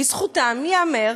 לזכותם ייאמר,